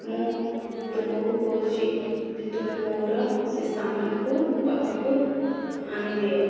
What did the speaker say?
ମୁଁ ତୁମକୁ କହୁଛି ଯେ ତୁମେ ମୋର ସେ ସାମାନ୍କୁ ମୋ ପାଖକୁ ଆଣିଦିଅ